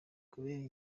kubera